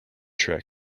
trick